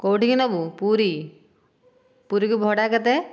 କେଉଁଠିକି ନେବୁ ପୁରୀ ପୁରୀକୁ ଭଡ଼ା କେତେ